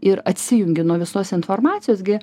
ir atsijungi nuo visos informacijos gi